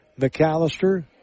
McAllister